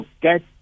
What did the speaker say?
get